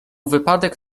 wypadek